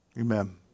amen